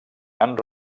han